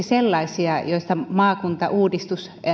sellaisia joissa maakuntauudistus